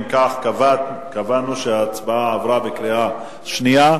אם כך, קבענו שההצבעה עברה בקריאה שנייה.